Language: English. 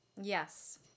Yes